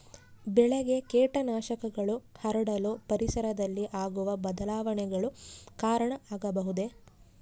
ಬೆಳೆಗೆ ಕೇಟನಾಶಕಗಳು ಹರಡಲು ಪರಿಸರದಲ್ಲಿ ಆಗುವ ಬದಲಾವಣೆಗಳು ಕಾರಣ ಆಗಬಹುದೇ?